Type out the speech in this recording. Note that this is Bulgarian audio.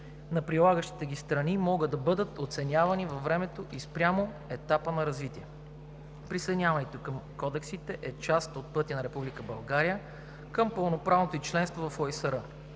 на прилагащите ги страни могат да бъдат оценявани във времето и спрямо етапа на развитие. Присъединяването ни към Кодексите е част от пътя на Република България към пълноправното ѝ членство в ОИСР.